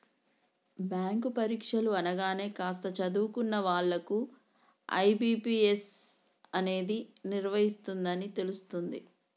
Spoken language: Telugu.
బ్యాంకు పరీక్షలు అనగానే కాస్త చదువుకున్న వాళ్ళకు ఐ.బీ.పీ.ఎస్ అనేది నిర్వహిస్తుందని తెలుస్తుంది